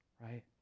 right